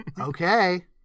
Okay